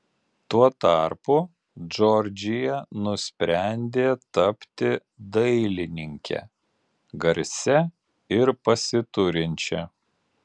tuo tarpu džordžija nusprendė tapti dailininke garsia ir pasiturinčia